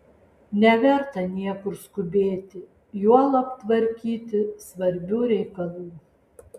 neverta niekur skubėti juolab tvarkyti svarbių reikalų